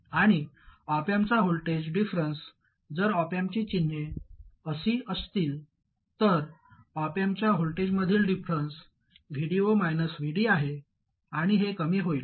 आणि ऑप अँपचा voltage difference जर ऑप अँपची चिन्हे अशी असतील तर ऑप अँपच्या व्होल्टेजमधील डिफरंन्स VD0 VD आहे आणि हे कमी होईल